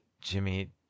Jimmy